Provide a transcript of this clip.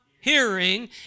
hearing